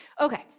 okay